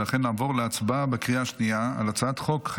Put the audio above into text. ולכן נעבור להצבעה בקריאה שנייה על הצעת חוק משפחות